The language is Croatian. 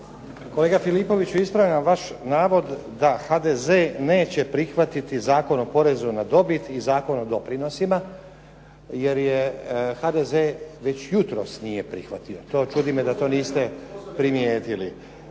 Kolega Filipoviću, ispravljam vaš navod da HDZ neće prihvatiti Zakon o porezu na dobit i Zakon o doprinosima, jer je HDZ već jutros nije prihvatio. Čudi me da to niste primjetili.